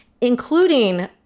including